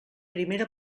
primera